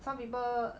some people